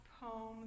poem